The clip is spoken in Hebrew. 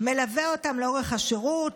מלווה אותם לאורך השירות,